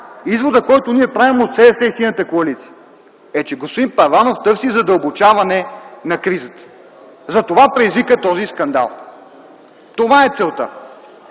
изводът, който ние правим от СДС и Синята коалиция, е, че господин Първанов търси задълбочаване на кризата и затова предизвика този скандал. Това е целта.